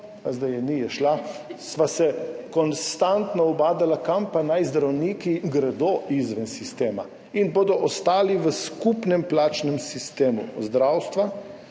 je zdaj ni, je šla, sva se konstantno ubadala s tem, kam pa naj zdravniki gredo izven sistema. In bodo ostali v skupnem plačnem sistemu zdravstva.